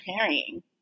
carrying